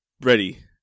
ready